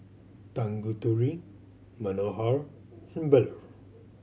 Tanguturi Manohar and Bellur